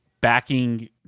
backing